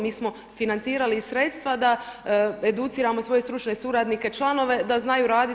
Mi smo financirali i sredstva da educiramo svoje stručne suradnike, članove da znaju raditi.